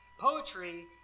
Poetry